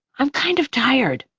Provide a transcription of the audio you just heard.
i'm kind of tired.